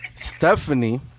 Stephanie